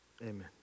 Amen